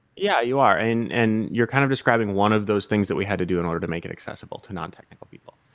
yeah, you are, and and you're kind of describing one of those things that we had to do in order to make it accessible to non-technical people,